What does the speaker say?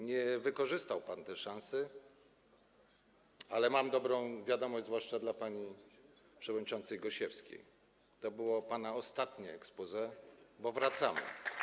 Nie wykorzystał pan tej szansy, ale mam dobrą wiadomość, zwłaszcza dla pani przewodniczącej Gosiewskiej: to było pana ostatnie exposé, bo wracamy.